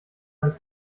ein